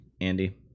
Andy